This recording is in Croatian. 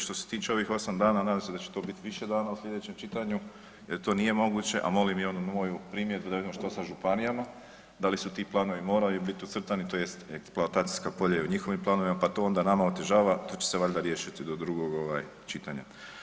Što se tiče ovih 8 dana, nadam se da će to biti više dana u sljedećem čitanju jer to nije moguće, a molim i onu moju primjedbu, da vidimo što sa županijama, da li su ti planovi morali biti ucrtani, tj. eksploatacijska polja je u njihovim planovima pa to onda nama otežava, to će se valjda riješiti do drugog, ovaj, čitanja.